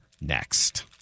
Next